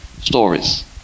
stories